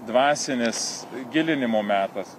dvasinis gilinimo metas